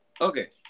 Okay